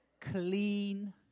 clean